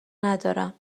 ندارم